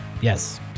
Yes